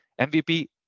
MVP